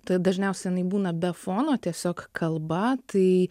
tai dažniausia jinai būna be fono tiesiog kalba tai